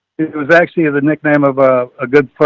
it was actually of the nickname of a, a good,